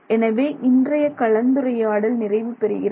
எனவே இன்றைய கலந்துரையாடல் நிறைவு பெறுகிறது